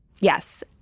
Yes